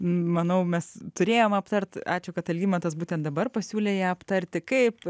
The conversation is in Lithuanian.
manau mes turėjom aptart ačiū kad algimantas būtent dabar pasiūlė ją aptarti kaip